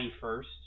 first